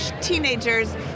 teenagers